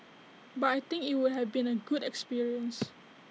but I think IT would have been A good experience